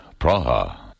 Praha